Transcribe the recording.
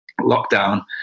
lockdown